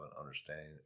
understanding